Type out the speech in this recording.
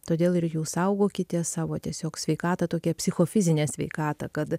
todėl ir jūs saugokite savo tiesiog sveikatą tokią psichofizinę sveikatą kad